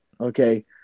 Okay